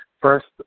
first